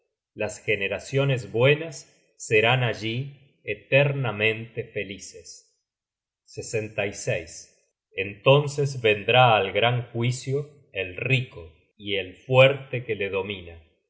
las generaciones buenas serán allí eternamente felices entonces vendrá al gran juicio el rico y el fuerte que le domina